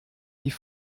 die